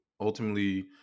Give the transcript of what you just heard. ultimately